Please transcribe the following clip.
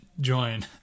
join